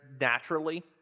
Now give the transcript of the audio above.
naturally